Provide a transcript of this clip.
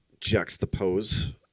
juxtapose